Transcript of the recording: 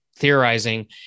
theorizing